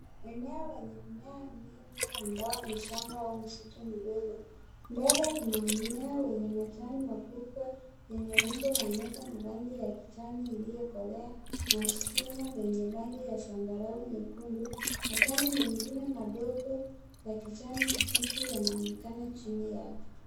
Eneo lenye mmea nyingi ambao ni shamba au msitu mdogo. Mbele kuna mmea wenye majani makubwa yenye umbo la nyota na rangi ya kijani iliyokolea na sina lenye rangi ya zambarau nyekundu. Majani mengine madogo ya kijani kibichi yanaonekana chini yake.